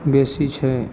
बेसी छै